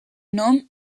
nom